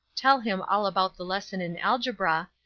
tell him all about the lesson in algebra,